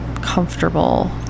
comfortable